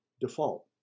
default